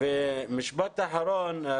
משפט אחרון.